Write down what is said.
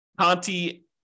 Conti